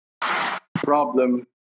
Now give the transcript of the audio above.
problem